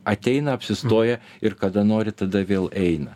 ateina apsistoja ir kada nori tada vėl eina